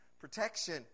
protection